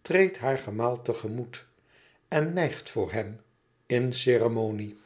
treedt haar gemaal tegemoet en nijgt voor hem in ceremonie